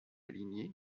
lignée